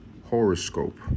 Horoscope